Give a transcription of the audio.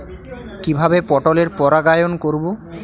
কিভাবে পটলের পরাগায়ন করব?